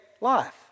life